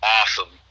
Awesome